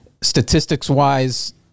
statistics-wise